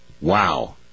Wow